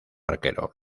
arquero